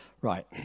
Right